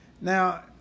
Now